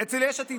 אצל יש עתיד.